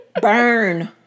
Burn